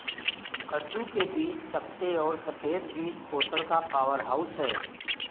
कद्दू के बीज चपटे और सफेद बीज पोषण का पावरहाउस हैं